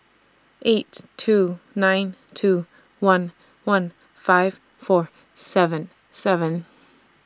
eight two nine two one one five four seven seven